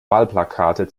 wahlplakate